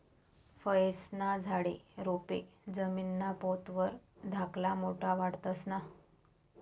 फयेस्ना झाडे, रोपे जमीनना पोत वर धाकला मोठा वाढतंस ना?